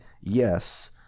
yes